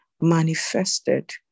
manifested